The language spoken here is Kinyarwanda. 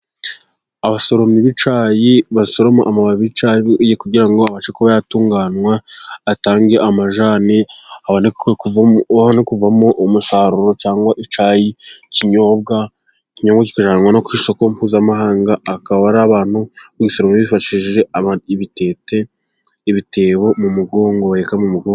Abasoromyi b'icayi basoroma amabab y'icacyayi, kugira ngo abashe kuba yatunganywa, atange amajyani abone kuvamo umusaruro cyangwa icyayi kinyobwa kikajyanwa ku isoko mpuzamahanga, akaba ari abantu bari gusoroma bifashishije ibitete, ibitebo mu mugongo baheka mu mugungo.